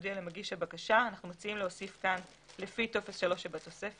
תודיע למגיש הבקשה- אנחנו מציעים להוסיף כאן: לפי טופס 3 שבתוספת